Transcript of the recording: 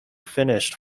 finished